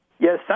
Yes